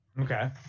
okay